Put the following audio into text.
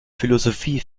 philosophie